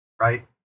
right